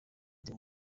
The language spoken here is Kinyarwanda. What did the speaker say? the